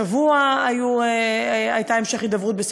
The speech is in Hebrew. השבוע היה המשך הידברות,